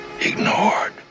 ignored